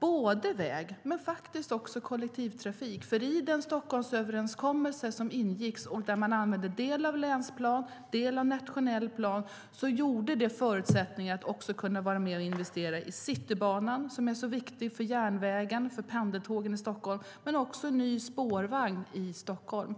både väg och kollektivtrafik. I Stockholmsöverenskommelsen används en del av länsplanen och en del av den nationella planen. Det ger förutsättningar att investera i Citybanan, som är så viktig för järnvägen och pendeltågen i Stockholm, och ny spårvagn i Stockholm.